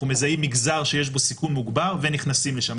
אנחנו מזהים מגזר שיש בו סיכון מוגבר ונכנסים לשם.